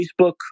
Facebook